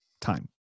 time